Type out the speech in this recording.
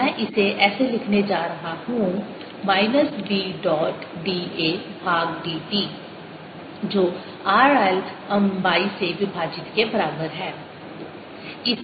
तो मैं इसे ऐसे लिखने जा रहा हूँ minus b dot d a भाग d t जो r I लंबाई से विभाजित के बराबर है